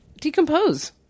decompose